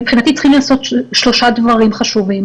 מבחינתי, צריכים להיעשות שלושה דברים חשובים.